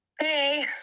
Hey